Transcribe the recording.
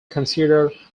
considered